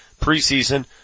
preseason